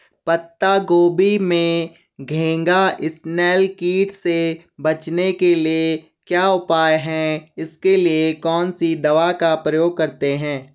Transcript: पत्ता गोभी में घैंघा इसनैल कीट से बचने के क्या उपाय हैं इसके लिए कौन सी दवा का प्रयोग करते हैं?